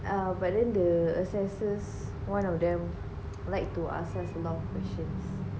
err but then the assessors one of them like to ask us about the operations